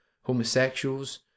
homosexuals